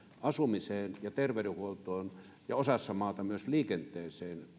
asumiseen ja terveydenhuoltoon ja osassa maata myös liikenteeseen